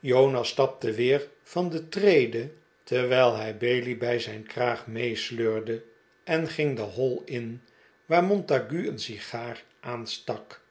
jonas stapte weer van de trede terwijl hij bailey bij zijn kraag meesleurde en ging de hall in waar montague een sigaar aanstak